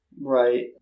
Right